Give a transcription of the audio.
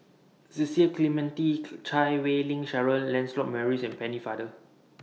Cecil Clementi Chan Wei Ling Cheryl Lancelot Maurice and Pennefather